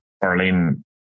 Berlin